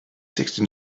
sixty